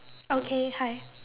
okay hi